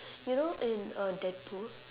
you know in uh deadpool